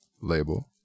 label